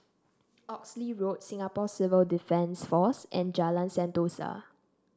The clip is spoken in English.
Oxley Road Singapore Civil Defence Force and Jalan Sentosa